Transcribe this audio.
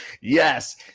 Yes